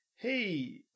Hey